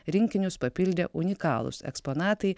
rinkinius papildė unikalūs eksponatai